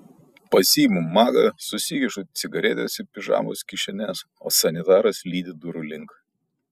pasiimu magą susikišu cigaretes į pižamos kišenes o sanitaras lydi durų link